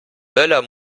möller